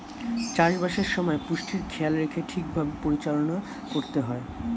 চাষ বাসের সময় পুষ্টির খেয়াল রেখে ঠিক ভাবে পরিচালনা করতে হয়